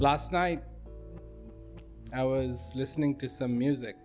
last night i was listening to some music